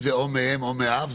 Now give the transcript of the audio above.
אם זה או מאם או מאב,